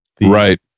Right